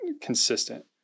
consistent